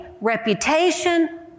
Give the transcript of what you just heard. reputation